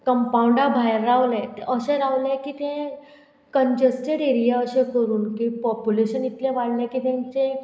कंपाउंडा भायर रावलें तें अशें रावलें की तें कंजस्टेड एरिया अशें करून की पोपुलेशन इतलें वाडलें की तेंचें